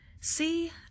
see